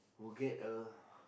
would get a